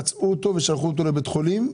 פצעו אותו ושלחו אותו לבית חולים,